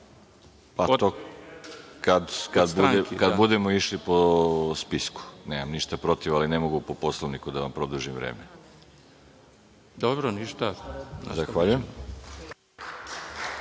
To kad budemo išli po spisku. Nemam ništa protiv, ali ne mogu po Poslovniku da vam produžim vreme. **Božidar